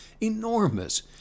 enormous